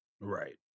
Right